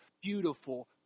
beautiful